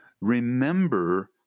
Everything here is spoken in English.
remember